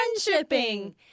Friendshipping